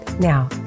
Now